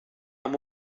amb